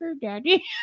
Daddy